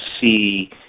see